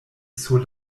sur